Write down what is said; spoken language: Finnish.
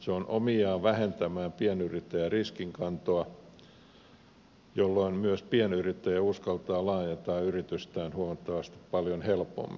se on omiaan vähentämään pienyrittäjän riskinkantoa jolloin myös pienyrittäjä uskaltaa laajentaa yritystään huomattavasti helpommin